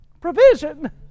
provision